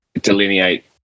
delineate